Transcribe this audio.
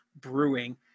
Brewing